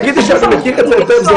זה שתגידי שאני מכיר את זה היטב זה